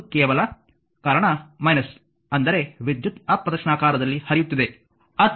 ಅದು ಕೇವಲ ಕಾರಣ ಅಂದರೆ ವಿದ್ಯುತ್ ಅಪ್ರದಕ್ಷಿಣಾಕಾರದಲ್ಲಿ ಹರಿಯುತ್ತಿದೆ